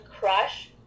crush